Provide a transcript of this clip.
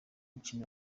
icumi